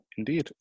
Indeed